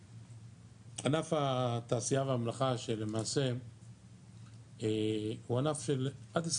ענף התעשיה והמלאכה שלמעשה הוא ענף של עד 20